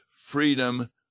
Freedom